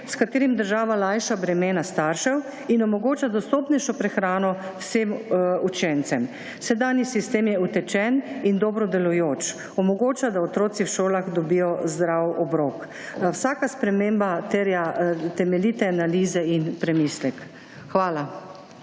s katerim država lajša bremena staršev in omogoča dostopnejšo prehrano vsem učencem. Sedanji sistem je utečen in dobro delujoč. Omogoča, da otroci v šolah dobijo zdrav obrok. Vsaka sprememba terja temeljite analize in premislek. Hvala.